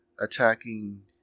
attacking